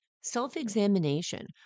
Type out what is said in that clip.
Self-examination